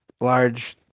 large